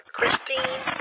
Christine